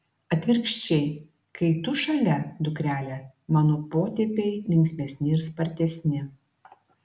atvirkščiai kai tu šalia dukrele mano potėpiai linksmesni ir spartesni